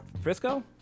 Frisco